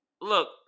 look